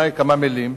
כמה מלים,